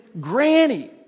Granny